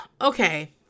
Okay